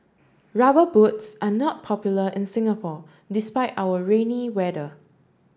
rubber boots are not popular in Singapore despite our rainy weather